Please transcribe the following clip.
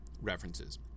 references